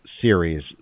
series –